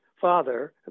father